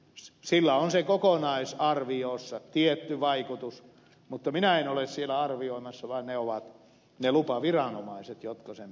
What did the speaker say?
sillä on sen kokonaisarviossa tietty vaikutus mutta minä en ole siellä sitä arvioimassa vaan ne ovat ne lupaviranomaiset jotka sen päätöksen tekevät